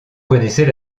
connaissez